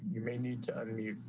you may need to unmute